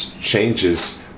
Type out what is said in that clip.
changes